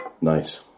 Nice